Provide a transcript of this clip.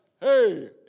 hey